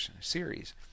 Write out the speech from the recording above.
series